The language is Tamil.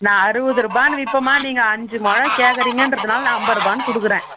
நான் அறுபதுருபான்னு விற்பன்மா நீங்கள் அஞ்சு முழம் கேட்கறிங்கன்றதுனால நான் ஐம்பதுருபானு கொடுக்குறேன்